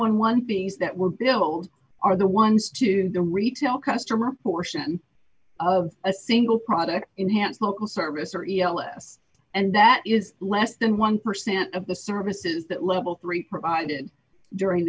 eleven things that were below are the ones to the retail customer portion of a single product enhanced local service or less and that is less than one percent of the services that level three provided during